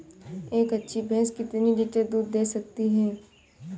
एक अच्छी भैंस कितनी लीटर दूध दे सकती है?